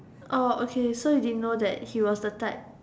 oh okay so you didn't know that he was the type